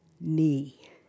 knee